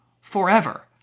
forever